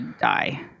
die